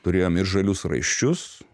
turėjom ir žalius raiščius